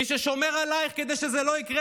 מי ששומר עלייך כדי שזה לא יקרה,